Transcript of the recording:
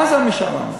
מה זה המשאל עם הזה?